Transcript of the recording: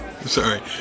Sorry